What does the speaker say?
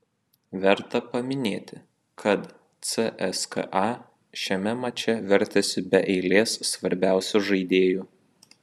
verta paminėti kad cska šiame mače vertėsi be eilės svarbiausių žaidėjų